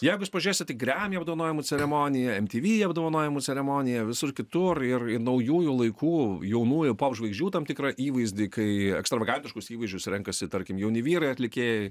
jeigu jūs pažiūrėsit į grammy apdovanojimų ceremoniją į mtv apdovanojimų ceremoniją visur kitur ir ir naujųjų laikų jaunųjų popžvaigždžių tam tikrą įvaizdį kai ekstravagantiškus įvaizdžius renkasi tarkim jauni vyrai atlikėjai